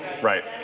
right